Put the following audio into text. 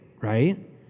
right